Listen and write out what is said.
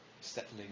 settling